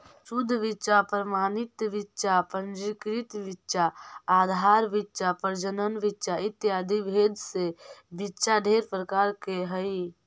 शुद्ध बीच्चा प्रमाणित बीच्चा पंजीकृत बीच्चा आधार बीच्चा प्रजनन बीच्चा इत्यादि भेद से बीच्चा ढेर प्रकार के हई